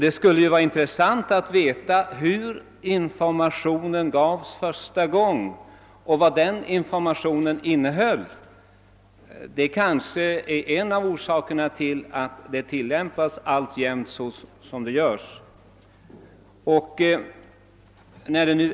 Det skulle vara intressant att få veta hur informationen gavs första gången och vad den innehöll. Svaret kanske skulle visa en av orsakerna till att betygsskalan alltjämt tillämpas på det sätt som jag har påtalat.